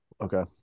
okay